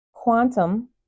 Quantum